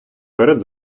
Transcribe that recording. перед